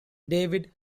david